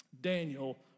Daniel